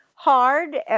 Hard